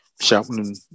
shouting